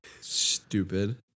Stupid